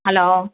hello